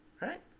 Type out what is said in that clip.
Right